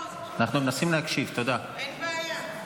אין בעיה.